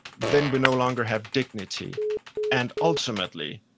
then we no longer have dignity and ultimately,